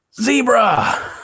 zebra